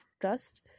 trust